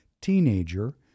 teenager